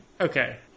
Okay